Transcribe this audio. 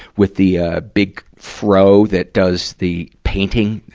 with the, ah, big fro that does the painting,